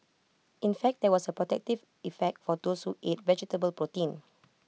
in fact there was A protective effect for those ate vegetable protein